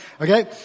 okay